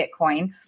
Bitcoin